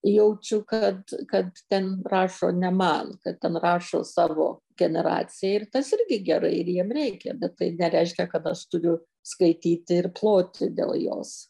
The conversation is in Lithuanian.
jaučiu kad kad ten rašo ne man kad ten rašo savo generacijai ir tas irgi gerai ir jiem reikia bet tai nereiškia kad aš turiu skaityti ir ploti dėl jos